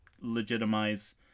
legitimize